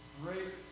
great